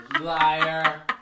liar